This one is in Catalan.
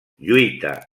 lluita